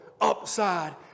upside